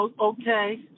Okay